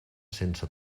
sense